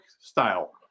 style